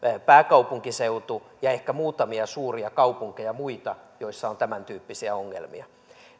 pääkaupunkiseutu ja ehkä muutamia suuria kaupunkeja muita joissa on tämäntyyppisiä ongelmia